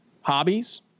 hobbies